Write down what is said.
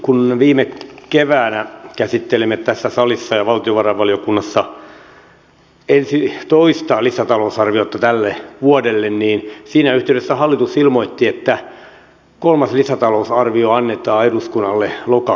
kun viime keväänä käsittelimme tässä salissa ja valtiovarainvaliokunnassa toista lisätalousarviota tälle vuodelle niin siinä yhteydessä hallitus ilmoitti että kolmas lisätalousarvio annetaan eduskunnalle lokakuun lopulla